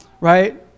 right